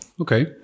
okay